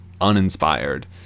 uninspired